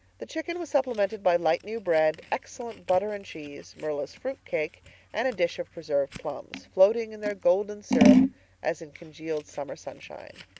the chicken was supplemented by light new bread, excellent butter and cheese, marilla's fruit cake and a dish of preserved plums, floating in their golden syrup as in congealed summer sunshine.